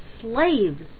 slaves